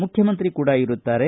ಮುಖ್ಯಮಂತ್ರಿ ಕೂಡಾ ಇರುತ್ತಾರೆ